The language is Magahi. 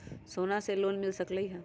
सोना से लोन मिल सकलई ह?